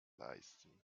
leisten